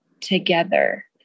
together